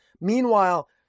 Meanwhile